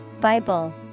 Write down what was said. Bible